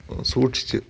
സൂക്ഷിച്ച്